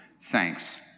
Thanks